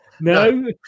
No